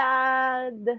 Sad